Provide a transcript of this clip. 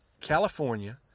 California